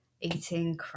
eating